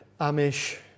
Amish